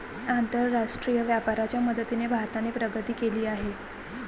आंतरराष्ट्रीय व्यापाराच्या मदतीने भारताने प्रगती केली आहे